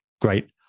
Great